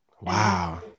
wow